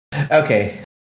Okay